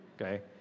okay